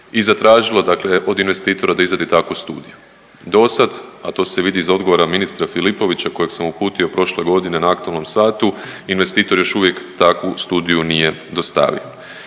i zatražilo od investitora da izradi takvu studiju. Do sad, a to se vidi iz odgovora ministra Filipovića kojeg sam uputio na aktualnom satu investitor još uvijek takvu studiju nije dostavio.